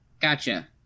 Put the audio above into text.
Gotcha